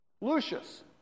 Lucius